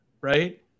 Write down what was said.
right